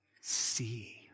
See